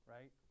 Right